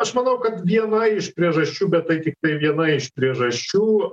aš manau kad viena iš priežasčių bet tai tiktai viena iš priežasčių